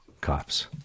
Cops